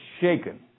shaken